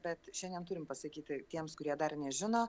bet šiandien turim pasakyti tiems kurie dar nežino